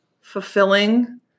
fulfilling